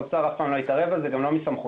האוצר אף פעם לא התערב בזה וזה גם לא מסמכותנו.